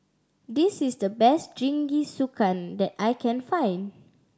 this is the best Jingisukan that I can find